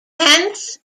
hence